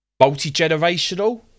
multi-generational